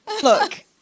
Look